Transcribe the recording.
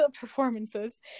performances